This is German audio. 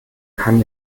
kann